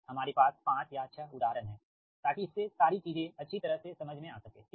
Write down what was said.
हमारे पास 5 या 6 उदाहरण है ताकि इससे सारी चीजें अच्छी तरह से समझ में आ सकेठीक